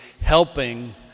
helping